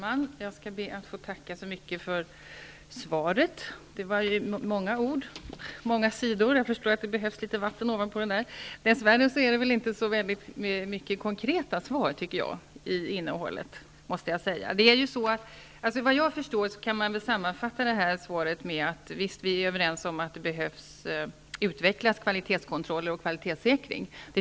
Herr talman! Jag skall be att få tacka så mycket för svaret. Det var ju många ord och många sidor; jag förstår att statsrådet Könberg behöver dricka litet vatten efter det. Dess värre innehöll svaret inte så många konkreta svar, måste jag säga. Enligt vad jag förstår kan man sammanfatta svaret med att vi är överens om att kvalitetskontroller och kvalitetssäkring behöver utvecklas.